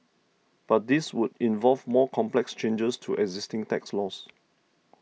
but this would involve more complex changes to existing tax laws